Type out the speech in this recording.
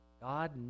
God